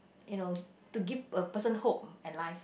you know to give a person hope and life